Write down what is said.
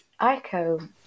Aiko